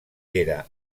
era